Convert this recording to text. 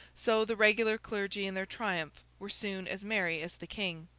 so, the regular clergy in their triumph were soon as merry as the king.